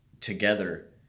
together